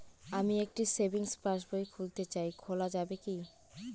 আমি একটি savings passbook খুলতে চাই খোলা যাবে কি?